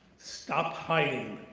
stop hiding.